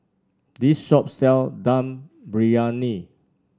this shop sell Dum Briyani